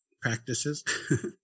practices